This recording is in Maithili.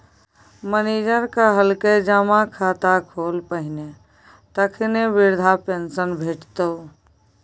मनिजर कहलकै जमा खाता खोल पहिने तखने बिरधा पेंशन भेटितौ